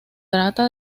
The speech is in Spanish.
trata